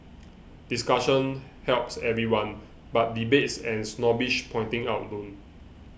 discussion helps everyone but debates and snobbish pointing out don't